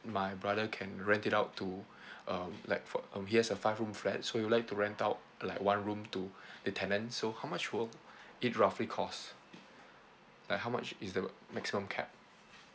my brother can rent it out to um like for um he has a five room flat so he'd like to rent out like one room to the tenants so how much will it roughly cost like how much is the maximum cap